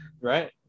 right